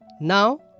now